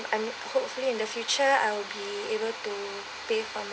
I'm hopefully in the future I would be able to pay for my